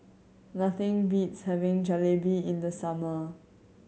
nothing beats having Jalebi in the summer